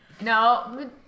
No